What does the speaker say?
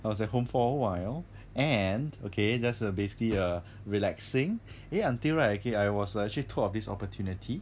I was at home for awhile and okay just basically err relaxing eh until right actually I was actually told of this opportunity